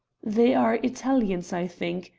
they are italians, i think,